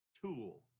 tool